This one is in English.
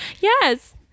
Yes